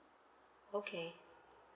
okay